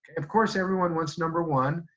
of course everyone wants number one,